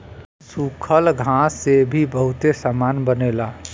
सूखल घास से भी बहुते सामान बनेला